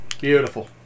Beautiful